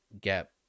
get